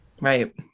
Right